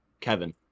Kevin